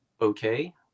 okay